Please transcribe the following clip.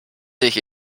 sich